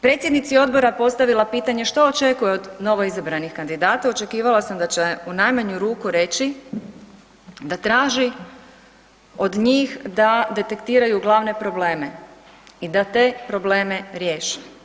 predsjednici Odbora postavila pitanje što očekuje od novoizabranih kandidata, očekivala sam da će u najmanju ruku reći, da traži od njih da detektiraju glavne probleme i da te probleme riješe.